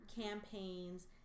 campaigns